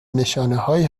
نشانههایی